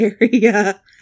area